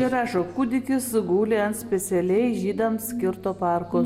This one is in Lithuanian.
čia rašo kūdikis guli ant specialiai žydams skirto parko